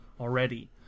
already